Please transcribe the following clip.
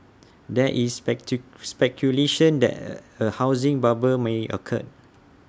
there is speculation that A housing bubble may occur